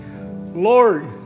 Lord